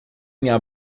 minha